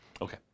Okay